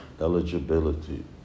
eligibility